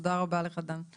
תודה רבה לך, דן.